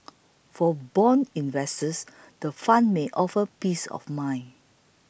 for bond investors the fund may offer peace of mind